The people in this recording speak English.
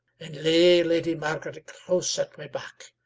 and lay lady margaret close at my back,